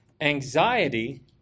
anxiety